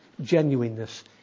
genuineness